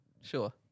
Sure